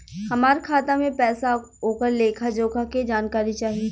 हमार खाता में पैसा ओकर लेखा जोखा के जानकारी चाही?